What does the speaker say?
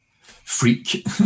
freak